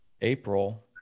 april